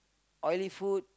oily food